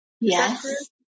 Yes